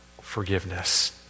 forgiveness